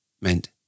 meant